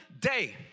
day